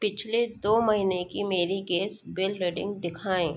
पिछले दो महीने की मेरी गैस बिल रीडिंग दिखाएँ